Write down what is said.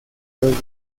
los